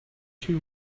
too